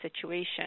situation